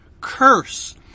Curse